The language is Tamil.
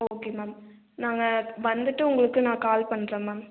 ஓகே மேம் நாங்கள் வந்துட்டு உங்களுக்கு நான் கால் பண்ணுறேன் மேம்